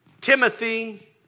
Timothy